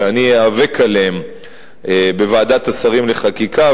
שאני איאבק עליהן בוועדת השרים לחקיקה,